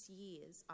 years